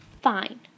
Fine